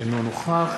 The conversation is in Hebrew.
אינו נוכח